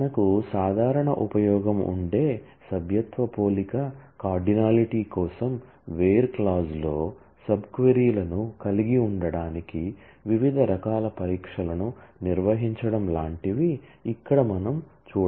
మనకు సాధారణ ఉపయోగం ఉండే సభ్యత్వ పోలిక కార్డినాలిటీ కోసం వేర్ క్లాజ్ లో సబ్ క్వరీ లను కలిగి ఉండటానికి వివిధ రకాల పరీక్షలను నిర్వహించడం లాంటివి ఇక్కడ మనం చూడొచ్చు